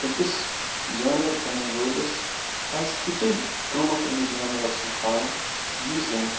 أکِس جانوَر کٕنَن وٲلِس پَزِ تیُتٕے قۭمَتھ أمِس جانوَر سُنٛد تھاوُن یُس زَنہٕ